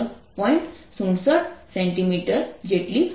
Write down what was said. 67 cm જેટલી હશે